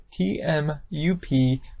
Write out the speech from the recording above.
TMUP